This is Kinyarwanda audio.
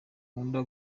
nkunda